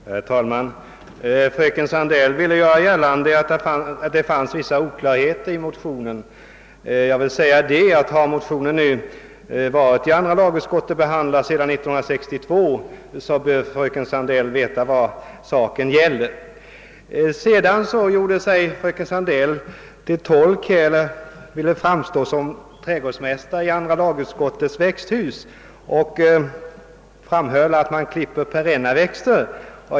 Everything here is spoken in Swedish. Herr talman! Fröken Sandell gjorde gällande att det finns vissa oklarheter i motionerna, men eftersom motioner av samma innehåll har behandlats i andra lagutskottet varje år sedan 1962 bör fröken Sandell veta vad frågan gäller. Sedan ville fröken Sandell framstå såsom trädgårdsmästare i andra lagutskottets växthus och sade att man där får hålla på med att klippa ned perenna växter.